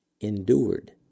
endured